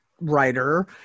Writer